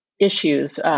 issues